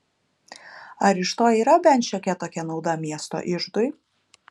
ar iš to yra bent šiokia tokia nauda miesto iždui